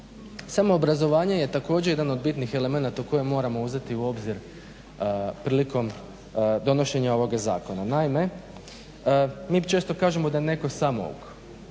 Samoobrazovanje je također jedan od bitnih elemenata koje moram uzeti u obzir prilikom donošenja ovoga zakona. Naime, mi često kažemo da je netko samouk.